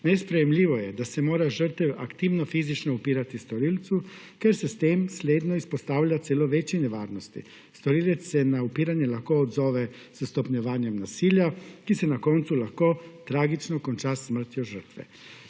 Nesprejemljivo je, da se mora žrtev aktivno fizično upirati storilcu, ker se s tem slednje izpostavlja celo večji nevarnosti. Storilec se na upiranje lahko odzove s stopnjevanjem nasilja, ki se na koncu lahko tragično konča s smrtjo žrtve.